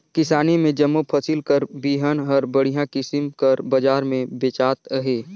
किसानी में जम्मो फसिल कर बीहन हर बड़िहा किसिम कर बजार में बेंचात अहे